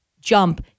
jump